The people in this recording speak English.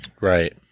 Right